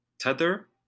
Tether